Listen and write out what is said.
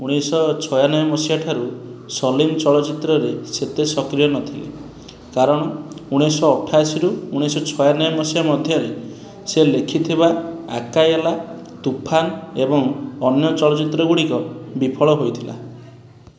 ଉଣେଇଶହ ଛୟାନବେ ମସିହା ଠାରୁ ସଲିମ ଚଳଚ୍ଚିତ୍ରରେ ସେତେ ସକ୍ରିୟ ନଥିଲେ କାରଣ ଉଣେଇଶହ ଅଠାଅଶୀରୁ ଉଣେଇଶହ ଛୟାନବେ ମସିହା ମଧ୍ୟରେ ସେ ଲେଖିଥିବା ଆକାୟଲା ତୁଫାନ ଏବଂ ଅନ୍ୟ ଚଳଚ୍ଚିତ୍ର ଗୁଡ଼ିକ ବିଫଳ ହୋଇଥିଲା